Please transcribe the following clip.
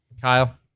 Kyle